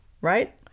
right